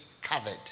covered